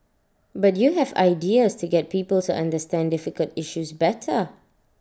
but you have ideas to get people to understand difficult issues better